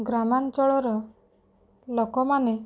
ଗ୍ରାମାଞ୍ଚଳର ଲୋକମାନେ